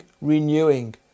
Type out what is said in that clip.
renewing